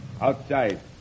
Outside